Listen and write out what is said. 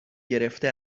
گرفته